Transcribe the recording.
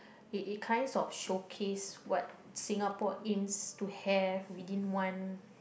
it it kinds of showcase what Singapore aims to have within one